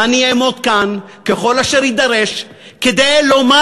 ואני אעמוד כאן ככל אשר יידרש כדי לומר